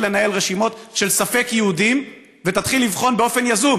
לנהל רשימות של ספק-יהודים ותתחיל לבחון באופן יזום,